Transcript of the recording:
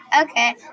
Okay